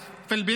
תודה.